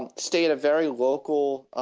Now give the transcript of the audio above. and stay in a very local,